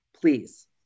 please